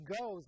goes